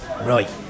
Right